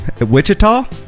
Wichita